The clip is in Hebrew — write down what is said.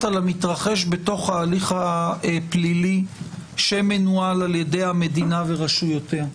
על המתרחש בתוך ההליך הפלילי שמנוהל על ידי המדינה ורשויותיה,